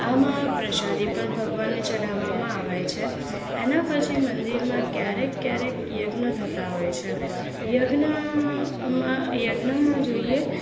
આમાં પ્રસાદી પણ ભગવાનને ચડાવવામાં આવે છે એના પછી મંદિરમાં ક્યારેક ક્યારેક યજ્ઞ થતા હોય છે યજ્ઞ માં યજ્ઞમાં જોઈએ તો